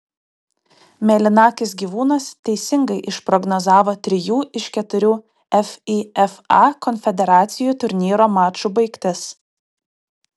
mėlynakis gyvūnas teisingai išprognozavo trijų iš keturių fifa konfederacijų turnyro mačų baigtis